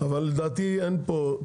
אבל לדעתי אין פה,